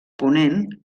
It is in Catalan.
ponent